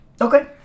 Okay